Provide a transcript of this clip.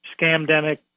scamdemic